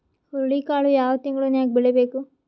ಹುರುಳಿಕಾಳು ಯಾವ ತಿಂಗಳು ನ್ಯಾಗ್ ಬೆಳಿಬೇಕು?